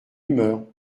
humeur